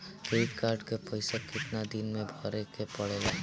Credit card के पइसा कितना दिन में भरे के पड़ेला?